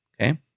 okay